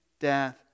death